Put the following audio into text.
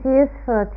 useful